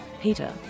Peter